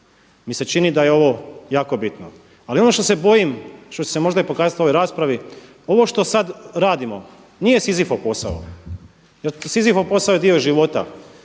mi se čini da je ovo jako bitno. Ali ono što se bojim što će se možda i pokazati u ovoj raspravi, ovo što sad radimo nije Sizifov posao, jer Sizifov posao je dio života.